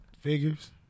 Figures